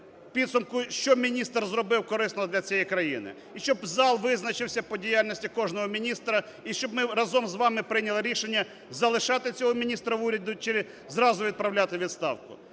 підсумки, що міністр зробив корисного для цієї країни. І щоб зал визначився по діяльності кожного міністра. І щоб ми разом з вами прийняли рішення: залишати цього міністра в уряді чи зразу відправляти у відставку.